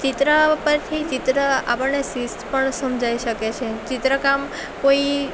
ચિત્ર પરથી ચિત્ર આપણને શિસ્ત પણ સમજાવી શકે છે ચિત્રકામ કોઈ